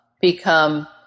become